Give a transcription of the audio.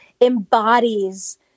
embodies